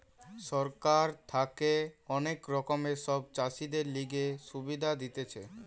সরকার থাকে অনেক রকমের সব চাষীদের লিগে সুবিধা দিতেছে